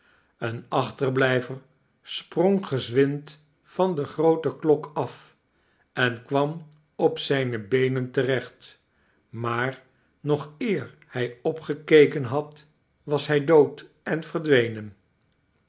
een achterblijver sprong gezwind van de groote klok af en kwam op zijne beenen terecht maar nog eer hij opgekeken had was hij dood en verdwenen